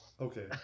Okay